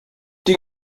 die